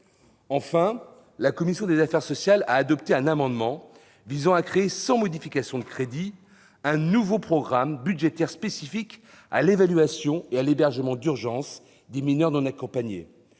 Enfin, la commission des affaires sociales a adopté un amendement visant à créer, sans modification de crédits, un nouveau programme budgétaire spécifique à l'évaluation et à l'hébergement d'urgence des mineurs non accompagnés,